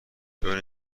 چون